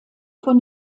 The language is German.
von